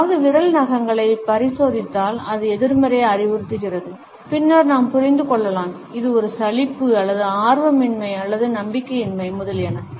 யாராவது விரல் நகங்களை பரிசோதித்தால் அது எதிர்மறையை அறிவுறுத்துகிறது பின்னர் நாம் புரிந்து கொள்ளலாம் இது ஒரு சலிப்பு அல்லது ஆர்வமின்மை அல்லது நம்பிக்கையின்மை முதலியன